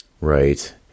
Right